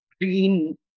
green